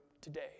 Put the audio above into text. today